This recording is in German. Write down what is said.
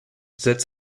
setzt